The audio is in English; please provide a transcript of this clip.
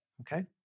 Okay